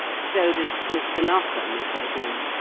so does mr. narkom, occasionally.